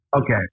Okay